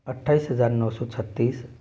अट्ठाईस हज़ार नौ सौ छत्तीस